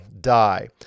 die